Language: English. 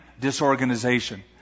disorganization